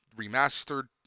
remastered